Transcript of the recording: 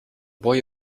boy